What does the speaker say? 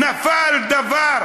נפל דבר